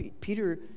Peter